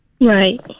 Right